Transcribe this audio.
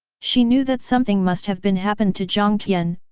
she knew that something must have been happened to jiang tian,